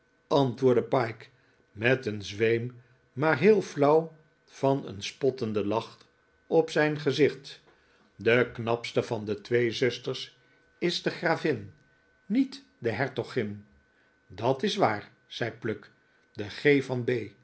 antwoordde pyke met een zweem maar heel flauw van een spottenden lach op zijn gezicht de knapste van de twee zusters is de gravin niet de hertogin dat is waar zei pluck de g van b